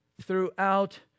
throughout